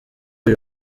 uyu